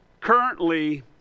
Currently